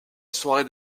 soirée